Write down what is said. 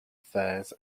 affairs